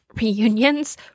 reunions